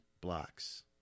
blocks